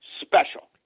special